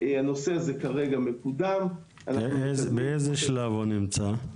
הנושא הזה כרגע מקודם --- באיזה שלב הוא נמצא?